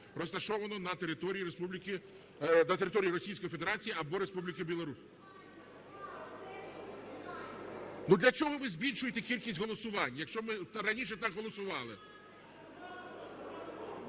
розташовано на території Російської Федерації або Республіки Білорусь. (Шум у залі) Ну, для чого ви збільшуєте кількість голосувань, якщо ми раніше так голосували?